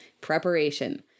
Preparation